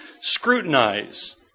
scrutinize